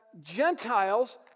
Gentiles